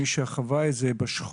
מי שחווה את שזה בשבעה,